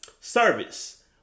service